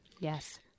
Yes